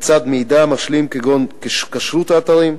לצד מידע משלים כגון כשרות האתרים,